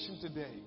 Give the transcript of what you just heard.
today